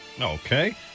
Okay